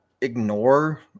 ignore